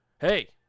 hey